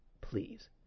please